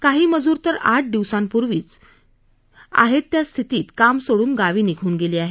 काही मजूर तर आठ दिवसांपूर्वीच आहे त्या स्थितीत काम सोडून गावी निघून गेले आहेत